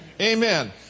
Amen